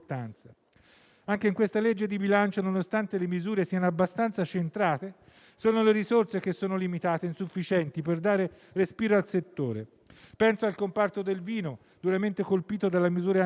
Anche nel disegno di legge di bilancio in esame, nonostante le misure siano abbastanza centrate, le risorse sono limitate ed insufficienti per dare respiro al settore. Penso al comparto del vino, duramente colpito dalla misure anti-Covid